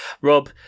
Rob